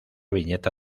viñeta